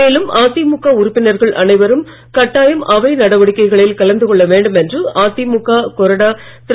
மேலும் அதிமுக உறுப்பினர்கள் அனைவரும் கட்டாயம் அவை நடவடிக்கைகளில் கலந்து கொள்ள வேண்டும் என்று அதிமுக கொறடா திரு